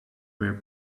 were